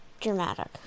dramatic